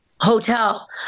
hotel